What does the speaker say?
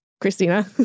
Christina